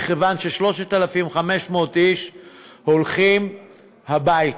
מכיוון ש-3,500 איש הולכים הביתה.